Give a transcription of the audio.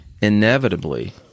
inevitably